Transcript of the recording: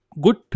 good